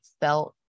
felt